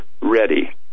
ready